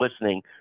listening